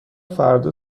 فردا